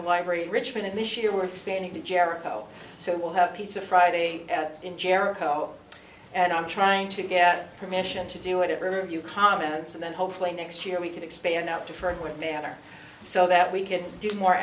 the library richmond and this year we're expanding to jericho so we'll have pizza friday in jericho and i'm trying to get permission to do whatever you comments and then hopefully next year we can expand out to for a quick manner so that we can do more